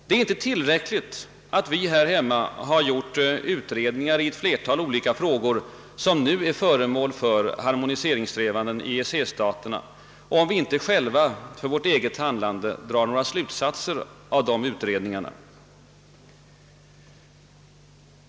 Det är inte tillräckligt att vi här hemma har gjort utredningar i ett flertal olika frågor, som nu är föremål för harmoniseringssträvanden i EEC-staterna, om vi inte själva för vårt eget handlande drar några slutsatser av dessa utredningar.